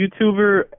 YouTuber